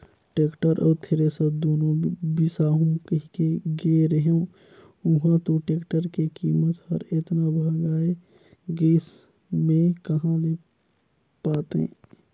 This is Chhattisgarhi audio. टेक्टर अउ थेरेसर दुनो बिसाहू कहिके गे रेहेंव उंहा तो टेक्टर के कीमत हर एतना भंगाए गइस में कहा ले पातें